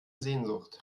sehnsucht